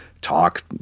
talk